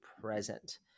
present